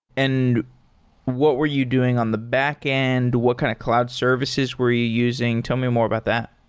and what were you doing on the backend? what kind of cloud services were you using? tell me more about that.